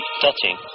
touching